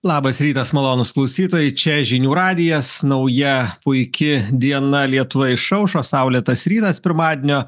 labas rytas malonūs klausytojai čia žinių radijas nauja puiki diena lietuvoj išaušo saulėtas rytas pirmadienio